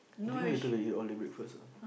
think later we order breakfast ah